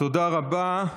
תודה רבה.